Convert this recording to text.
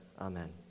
Amen